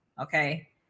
okay